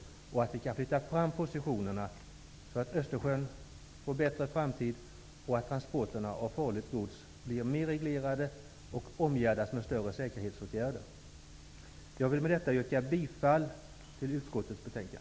Därmed kan vi flytta fram positionerna så att det blir en bättre framtid för Östersjön och transporterna av farligt gods blir mer reglerade och omgärdas av större säkerhetsåtgärder. Jag vill med detta yrka bifall till utskottets hemställan.